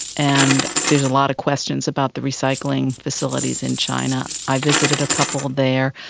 and there's a lot of questions about the recycling facilities in china. i visited a couple there.